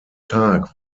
tag